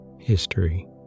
history